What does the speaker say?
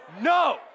No